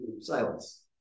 Silence